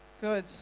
Good